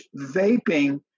vaping